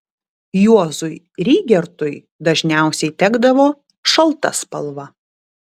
juozui rygertui dažniausiai tekdavo šalta spalva